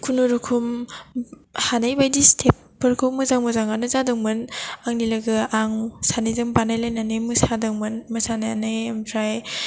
कुनुरुखुम हानाय बायदि स्टेपफोरखौ मोजां मोजाङानो जादोंमोन आंनि लोगो आं सानैजों बानायलायनानै मोसादोंमोन मोसानानै ओमफ्राय